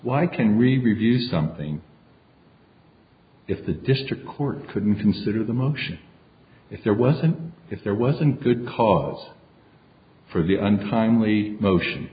why can review something if the district court couldn't consider the motion if there wasn't if there wasn't good cause for the untimely motion